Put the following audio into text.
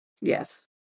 yes